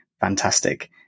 fantastic